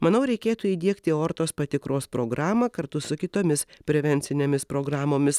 manau reikėtų įdiegti aortos patikros programą kartu su kitomis prevencinėmis programomis